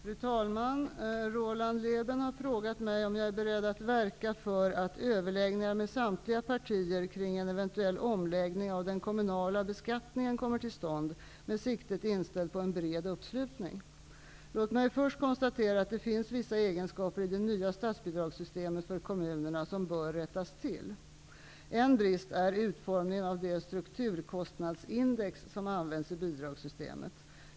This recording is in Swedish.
Fru talman! Roland Lében har frågat mig om jag är beredd att verka för att överläggningar med samtliga partier kring en eventuell omläggning av den kommunala beskattningen kommer till stånd med siktet inställt på en bred uppslutning. Låt mig först konstatera att det finns vissa egenskaper i det nya statsbidragssystemet för kommunerna som bör rättas till. En brist är utformningen av det strukturkostnadsindex som används i bidragssystemet.